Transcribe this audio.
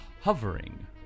Hovering